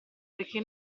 perché